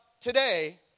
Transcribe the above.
today